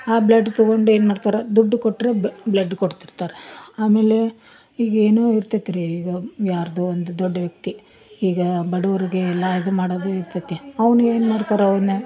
ಆ ಬ್ಲಡ್ ತಗೊಂಡು ಏನು ಮಾಡ್ತಾರೆ ದುಡ್ಡು ಕೊಟ್ಟರೆ ಬ್ಲಡ್ ಕೊಡ್ತಿರ್ತಾರೆ ಆಮೇಲೆ ಈಗೇನೋ ಇರ್ತಿತ್ರೀ ಈಗ ಯಾರ್ದೋ ಒಂದು ದೊಡ್ಡ ವ್ಯಕ್ತಿ ಈಗ ಬಡವರಿಗೆ ಎಲ್ಲಾ ಅದು ಮಾಡೋದು ಇರ್ತತ್ತೆ ಅವ್ನ ಏನು ಮಾಡ್ತಾರೆ ಅವ್ನ